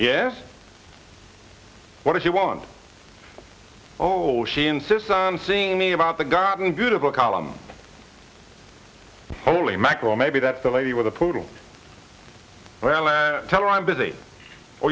yes what if you want oh she insists on seeing me about the garden beautiful column holy mackerel maybe that the lady with the poodle well i tell her i'm busy o